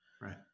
Right